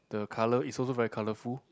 the colour it's also very colorful